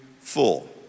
full